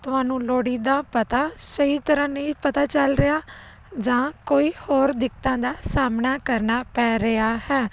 ਤੁਹਾਨੂੰ ਲੋੜੀਂਦਾ ਪਤਾ ਸਹੀ ਤਰ੍ਹਾਂ ਨਹੀਂ ਪਤਾ ਚੱਲ ਰਿਹਾ ਜਾਂ ਕੋਈ ਹੋਰ ਦਿੱਕਤਾਂ ਦਾ ਸਾਹਮਣਾ ਕਰਨਾ ਪੈ ਰਿਹਾ ਹੈ